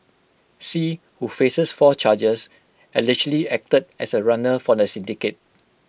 see who faces four charges allegedly acted as A runner for the syndicate